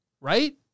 Right